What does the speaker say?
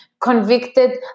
convicted